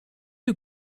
you